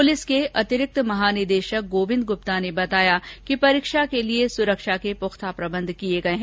police के अतिरिक्त महानिदेशक गोविंद गृप्ता ने बताया कि परीक्षा के लिये सुरक्षा के पृख्ता प्रबंध किये गये है